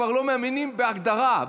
כבר לא מאמינים בהגדרה,